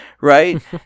right